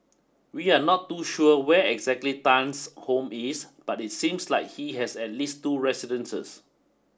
we are not too sure where exactly Tan's home is but it seems like he has at least two residences